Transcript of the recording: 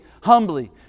humbly